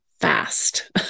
fast